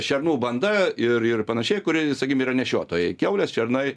šernų banda ir ir panašiai kurie sakykim yra nešiotojai kiaulės šernai